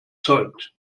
zeugt